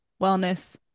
wellness